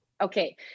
Okay